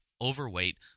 overweight